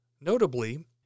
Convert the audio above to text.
Notably